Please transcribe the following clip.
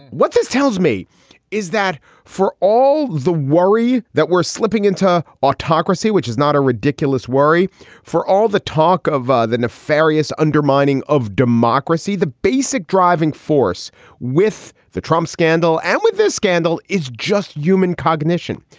what this tells me is that for all the worry that we're slipping into autocracy, which is not a ridiculous worry for all the talk of ah the nefarious undermining of democracy, the basic driving force with the trump scandal and with this scandal is just human cognition,